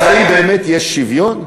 אז האם באמת יש שוויון?